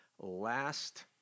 Last